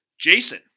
Jason